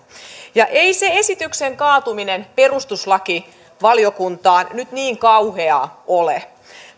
ei se esityksen kaatuminen perustuslakivaliokuntaan nyt niin kauheaa ole